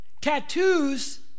tattoos